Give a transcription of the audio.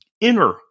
inner